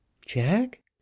Jack